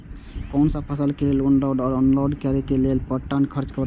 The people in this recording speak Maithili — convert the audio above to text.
कोनो फसल के लेल उनकर लोड या अनलोड करे के लेल पर टन कि खर्च परत?